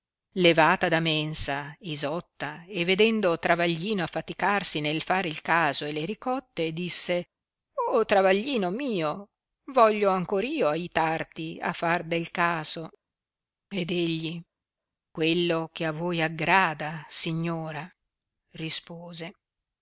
levata da mensa isotta e vedendo travaglino affaticarsi nel far il caso e le ricotte disse travigliano mio voglio ancor io aitarti a far del caso ed egli quello che a voi aggrada signora rispose